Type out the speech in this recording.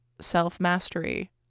self-mastery